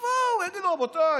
יבוא ויגידו: רבותיי,